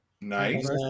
Nice